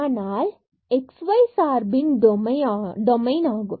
ஆனால் இந்த x y சார்பின் டொமைன் ஆகும்